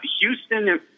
Houston